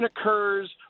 occurs